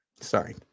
Sorry